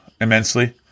immensely